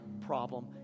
problem